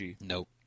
Nope